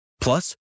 plus